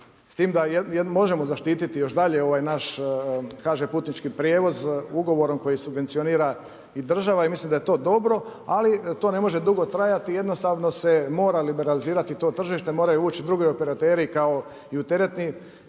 s tim da možemo zaštititi još dalje naš HŽ putnički prijevoz ugovorom kojeg subvencionira i država i mislim da je to dobro, ali to ne može dugo trajati, jednostavno se mora liberalizirati to tržište, moraju ući drugi operateri kao i u teretani